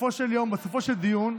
בסופו של יום, בסופו של דיון,